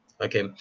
Okay